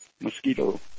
mosquito